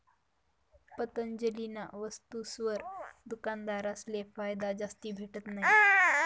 पतंजलीना वस्तुसवर दुकानदारसले फायदा जास्ती भेटत नयी